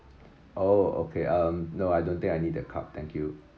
oh okay um no I don't think I need the cup thank you